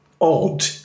odd